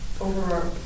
over